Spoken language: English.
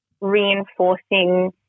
reinforcing